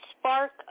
spark